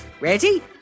Ready